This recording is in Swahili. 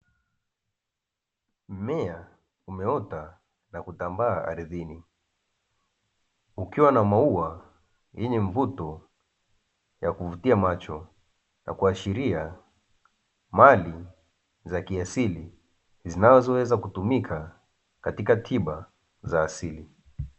Mmea umeota na kutambaa ardhini, ukiwa na maua yenye mvuto ya kuvutia macho na kuashiria mali za kiasili, zinazoweza kutumika katika tiba za kiasili.